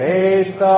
Faith